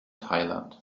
thailand